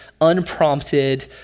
unprompted